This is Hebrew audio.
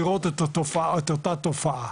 לראות את אותה תופעה